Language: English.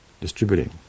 distributing